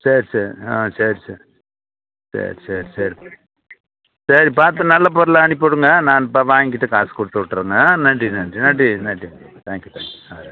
சரி சரி ஆ சரி சரி சரி சரி சரி சரி பார்த்து நல்ல பொருளாக அனுப்பி விடுங்க நான் இப்போ வாங்கிக்கிட்டு காசு கொடுத்து விட்றங்க நன்றி நன்றி நன்றி நன்றி தேங்க்யூ சார் ஆ